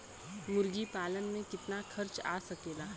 मुर्गी पालन में कितना खर्च आ सकेला?